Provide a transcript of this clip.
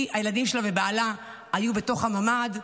הילדים שלה ובעלה היו בתוך הממ"ד.